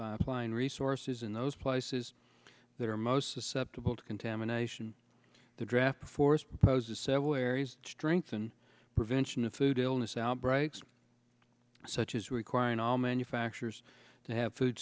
pipeline resources in those places that are most susceptible to contamination the draft forest poses several areas strengthen prevention of food illness outbreaks such as requiring all manufacturers to have food